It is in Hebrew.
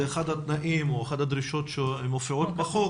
זה אחד התנאים או אחת הדרישות שמופיעות בחוק